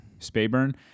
Spayburn